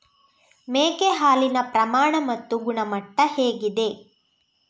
ಮೇಕೆ ಹಾಲಿನ ಪ್ರಮಾಣ ಮತ್ತು ಗುಣಮಟ್ಟ ಹೇಗಿದೆ?